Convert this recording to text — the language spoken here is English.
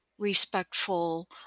respectful